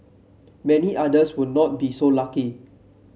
many others will not be so lucky